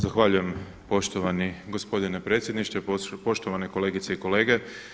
Zahvaljujem poštovani gospodine predsjedniče, poštovane kolegice i kolege.